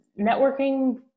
networking